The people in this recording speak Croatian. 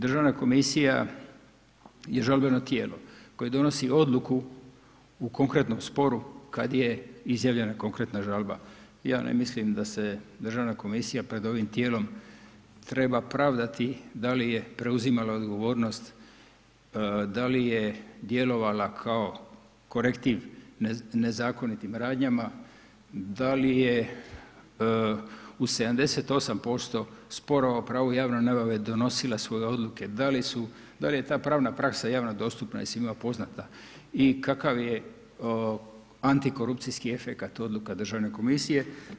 Državna komisija je žalbeno tijelo koje donosi odluku u konkretnom sporu kad je izjavljena konkretna žalba, ja ne mislim da se državna komisija pred ovim tijelom treba pravdati da li je preuzimala odgovornost, da li je djelovala kao korektiv nezakonitim radnjama, da li je u 78% sporova o pravu javne nabave donosila svoju odluke, da li je ta pravna praksa javno dostupna i svima poznata i kakav je antikorupcijski efekat odluka državne komisije.